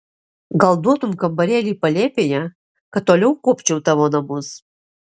gal duotum kambarėlį palėpėje kad toliau kuopčiau tavo namus